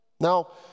Now